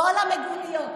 כל המיגוניות